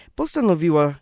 postanowiła